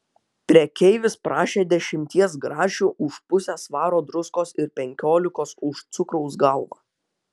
prekeivis prašė dešimties grašių už pusę svaro druskos ir penkiolikos už cukraus galvą